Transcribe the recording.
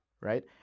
right